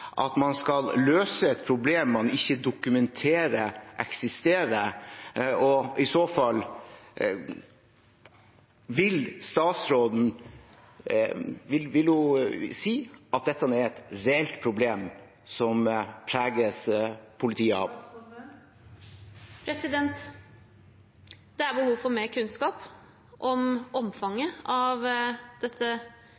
at man skal løse et problem man ikke dokumenterer eksistere – og i så fall: Vil statsråden si at dette er et reelt problem som preger politiet? Det er behov for mer kunnskap om omfanget